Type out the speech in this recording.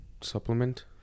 supplement